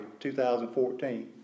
2014